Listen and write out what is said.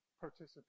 participate